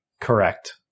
correct